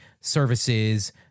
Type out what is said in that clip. services